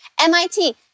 MIT